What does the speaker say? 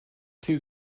two